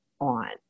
on